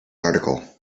article